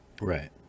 right